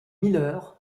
miller